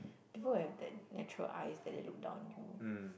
people will have that natural eyes that they look down on you